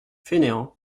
fainéant